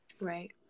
Right